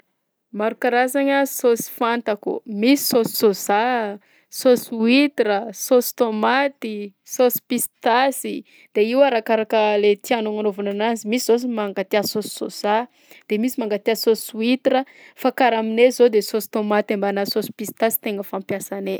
Maro karazagny a saosy fantako: misy saosy soja, saosy huitre, saosy tômaty, saosy pistasy, de io arakaraka le tianao agnanaovana anazy, misy zao s- mankatia saosy soja, de misy mankatia saosy huitre a, fa karaha aminay zao de saosy tômaty ambanà saosy pistasy no tegna fampiasanay.